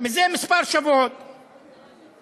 זה שבועות אחדים,